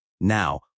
Now